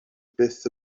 byth